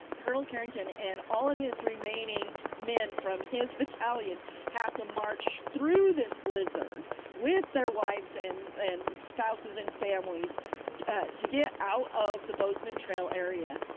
colonel carrington and all of his remaining men from his battalion have to march through this blizzard with their wives and and spouses and families to get out of the bozeman trail area.